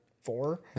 four